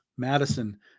Madison